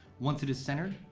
once it is centered,